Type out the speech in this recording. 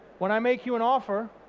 when i make you an offer,